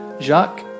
Jacques